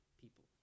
people